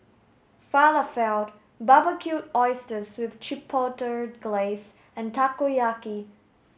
Falafel Barbecued Oysters with Chipotle Glaze and Takoyaki